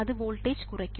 അത് വോൾട്ടേജ് കുറയ്ക്കും